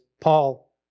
Paul